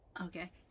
okay